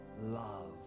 love